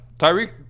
Tyreek